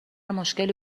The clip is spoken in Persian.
مشکلی